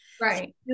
Right